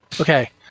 Okay